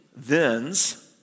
thens